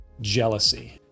jealousy